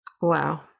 Wow